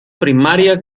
primarias